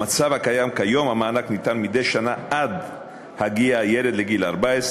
כיום המענק ניתן מדי שנה עד הגיע הילד לגיל 14,